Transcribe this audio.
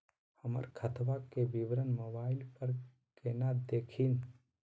हमर खतवा के विवरण मोबाईल पर केना देखिन?